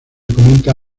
comenta